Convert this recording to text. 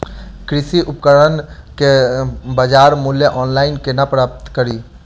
कृषि उपकरण केँ बजार मूल्य ऑनलाइन केना प्राप्त कड़ी?